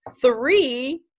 three